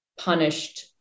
punished